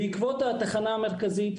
בעקבות התחנה המרכזית,